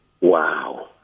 Wow